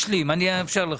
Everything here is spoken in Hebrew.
מדובר על